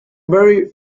very